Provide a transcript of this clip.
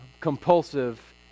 compulsive